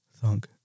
thunk